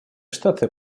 штаты